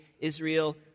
Israel